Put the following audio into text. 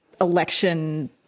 election